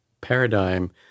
paradigm